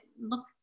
look